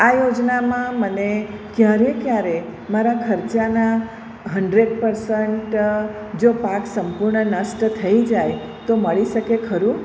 આ યોજનામાં મને ક્યારે ક્યારે મારા ખર્ચાનાં હન્ડ્રેડ પરસન્ટ જો પાક સંપૂર્ણ નષ્ટ થઈ જાય તો મળી શકે ખરું